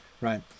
Right